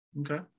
Okay